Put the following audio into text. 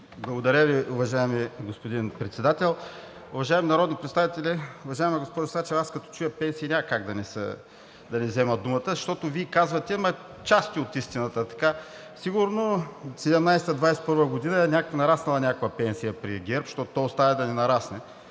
Благодаря Ви, уважаеми господин Председател. Уважаеми народни представители! Уважаема госпожо Сачева, аз като чуя пенсии, няма как да не взема думата, защото Вие казвате части от истината. Сигурно 2017 – 2021 г. е нараснала някаква пенсия при ГЕРБ, защото то остава и да не нарасне,